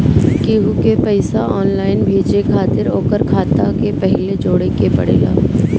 केहू के पईसा ऑनलाइन भेजे खातिर ओकर खाता के पहिले जोड़े के पड़ेला